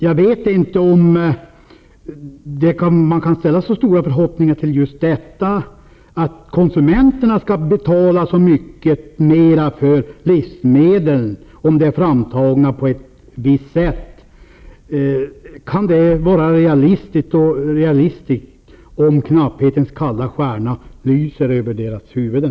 Jag vet inte om man kan ställa så stora förhoppningar till att konsumenterna skall betala så mycket mera för livsmedlen om de är framtagna på ett visst sätt. Kan det vara realistiskt, om knapphetens kalla stjärna lyser över deras huvuden?